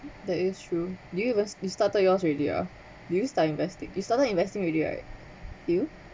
that is true do you invest you started yours already ah did you start investing you started investing already right you